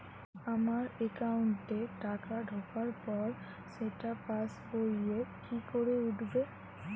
আমার একাউন্টে টাকা ঢোকার পর সেটা পাসবইয়ে কি করে উঠবে?